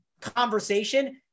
conversation